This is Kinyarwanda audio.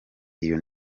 iyo